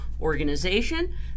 organization